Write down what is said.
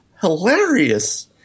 hilarious